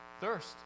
Thirst